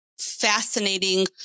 fascinating